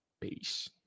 Peace